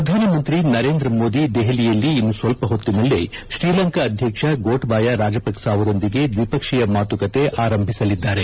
ಪ್ರಧಾನಮಂತ್ರಿ ನರೇಂದ್ರ ಮೋದಿ ದೆಹಲಿಯಲ್ಲಿ ಇನ್ನು ಸ್ವಲ್ಪ ಹೊತ್ತಿನಲ್ಲೇ ಶ್ರೀಲಂಕಾ ಅಧ್ಯಕ್ಷ ಗೋಟಬಾಯ ರಾಜಪಕ್ಲ ಅವರೊಂದಿಗೆ ದ್ವಿಪಕ್ಷೀಯ ಮಾತುಕತೆಯನ್ನು ಆರಂಭಿಸಲಿದ್ದಾರೆ